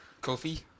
coffee